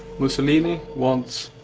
mussolini wants